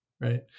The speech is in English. right